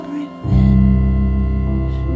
revenge